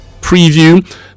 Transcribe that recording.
preview